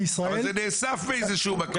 אבל זה נאסף באיזשהו מקום.